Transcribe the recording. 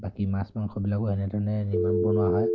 বাকী মাছ মাংসবিলাকো এনেধৰণে নিৰ্মাণ বনোৱা হয়